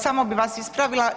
Samo bih vas ispravila.